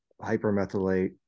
hypermethylate